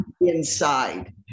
inside